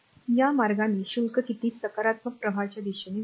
या मार्गाने शुल्क किती सकारात्मक प्रवाहाच्या दिशेने वाहते